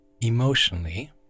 Emotionally